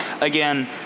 Again